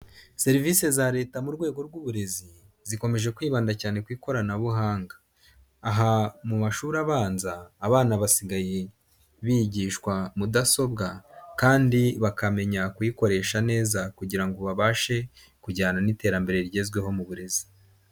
Serivisi za leta mu rwego rw'uburezi, zikomeje kwibanda cyane ku ikoranabuhanga, aha mu mashuri abanza, abana basigaye bigishwa mudasobwa kandi bakamenya kuyikoresha neza kugirango ngo babashe kujyana n'iterambere rigezweho mu burezi.